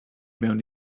mewn